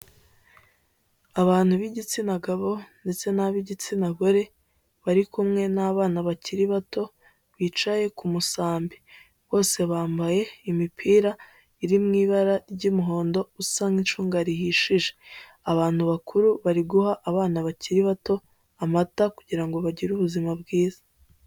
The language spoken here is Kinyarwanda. Abantu b'igitsina gabo ndetse n'ab'igitsina gore bari kumwe n'abana bakiri bato bicaye ku musambi. Bose bambaye imipira iri mu ibara ry'umuhondo nk'icunga rihishije. Abantu bakuru bari guha abana bakiri bato amata kugira ngo bagire ubuzima bwiza.